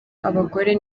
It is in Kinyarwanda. abagore